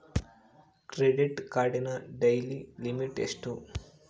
Credit ಕಾರ್ಡಿನ daily limit ಎಷ್ಟು?